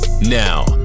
Now